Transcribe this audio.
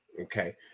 okay